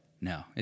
No